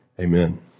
Amen